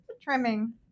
trimming